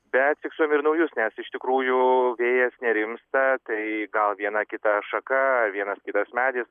bet fiksuojam ir naujus nes iš tikrųjų vėjas nerimsta tai gal kita šaka vienas kitas medis